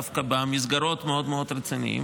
דווקא במסגרות מאוד מאוד רציניות,